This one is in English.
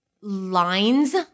lines